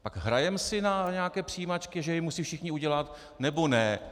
Tak hrajeme si na nějaké přijímačky, že je musí všichni udělat, nebo ne?